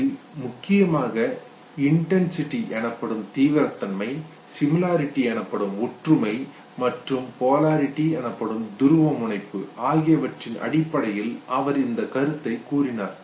இதில் முக்கியமாக இன்டென்சிட்டி தீவிரத்தன்மை சிமிலாரிட்டி ஒற்றுமை மற்றும் பொலாரிட்டி துருவமுனைப்பு ஆகியவற்றின் அடிப்படையில் அவர் இந்த கருத்தை கூறினார்